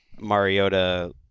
Mariota